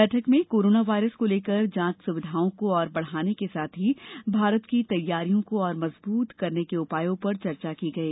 बैठक में corona virus को लेकर जांच सुविधाओं को और बढ़ाने के साथ ही भारत की तैयारियों को और मजबूत करने के उपायों पर चर्चा गई